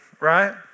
Right